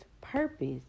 purpose